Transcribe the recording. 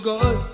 God